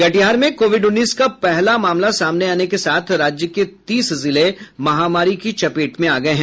कटिहार में कोविड उन्नीस का पहला मामला सामने के साथ राज्य के तीस जिले महामारी की चपेट में आ गये हैं